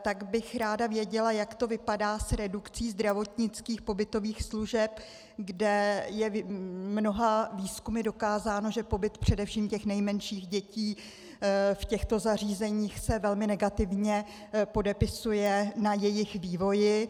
Tak bych ráda věděla, jak to vypadá s redukcí zdravotnických pobytových služeb, kde je mnoha výzkumy dokázáno, že pobyt především těch nejmenších dětí v těchto zařízeních se velmi negativně podepisuje na jejich vývoji.